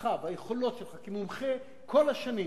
הכשרתך והיכולות שלך כמומחה כל השנים,